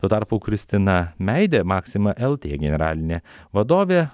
tuo tarpu kristina meidė maxima lt generalinė vadovė